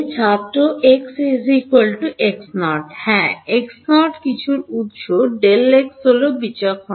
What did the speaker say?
ছাত্র x x0 হ্যাঁ x0 কিছু উত্স Δx হল বিচক্ষণতা সঠিক